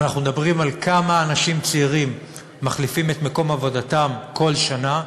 אם אנחנו מדברים על כמה אנשים צעירים מחליפים את מקום עבודתם כל שנה,